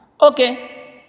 Okay